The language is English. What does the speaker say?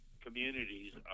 communities